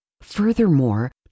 Furthermore